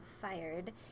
fired